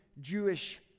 Jewish